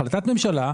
החלטת ממשלה,